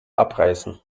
abreißen